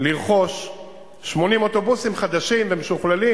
לרכוש 80 אוטובוסים חדשים ומשוכללים.